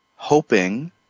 hoping